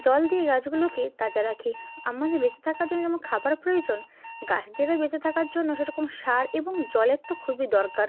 জল দিয়ে গাছগুলোকে তাজা রাখি আমাদের বেঁচে থাকার জন্য যেমন খাবার প্রয়োজন গাছদেরও বেঁচে থাকার জন্য সেরকম সার এবং জলের তো খুবই দরকার